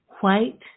white